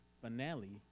finale